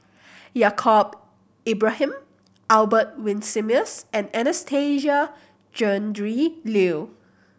Yaacob Ibrahim Albert Winsemius and Anastasia Tjendri Liew